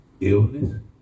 illness